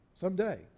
someday